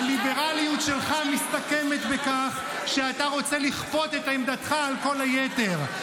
הליברליות שלך מסתכמת בכך שאתה רוצה לכפות את עמדתך על כל היתר.